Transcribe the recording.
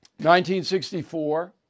1964